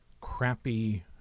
crappy